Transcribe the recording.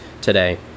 today